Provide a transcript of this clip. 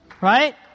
Right